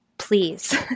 Please